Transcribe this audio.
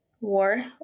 War